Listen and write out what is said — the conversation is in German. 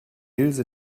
ilse